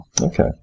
Okay